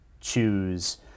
choose